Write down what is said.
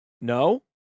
No